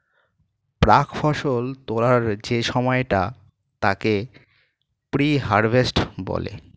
প্রাক্ ফসল তোলার যে সময়টা তাকে প্রি হারভেস্ট বলে